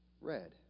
red